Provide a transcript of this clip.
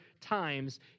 times